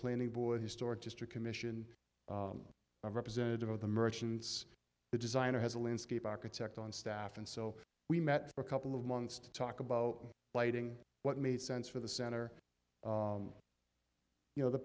planning board historic district commission a representative of the merchants the designer has a landscape architect on staff and so we met a couple of months to talk about what made sense for the center you know the